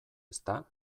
ezta